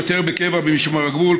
הוא שוטר בקבע במשמר הגבול,